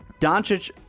Doncic